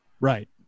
right